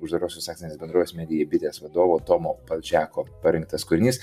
uždarosios akcinės bendrovės media bitės vadovo tomo balžeko parinktas kūrinys